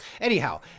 Anyhow